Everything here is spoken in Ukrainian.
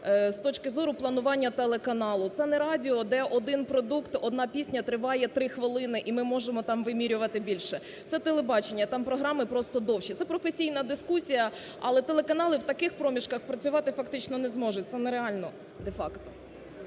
з точки зору планування телеканалу. Це не радіо, де один продукт, одна пісня триває три хвилини, і ми можемо там вимірювати більше. Це телебачення, там програми просто довші. Це професійна дискусія. Але телеканали в таких проміжках працювати фактично не зможуть, це не реально, де-факт.